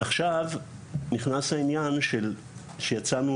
עכשיו נכנס העניין שיצאנו